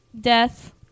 death